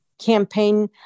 campaign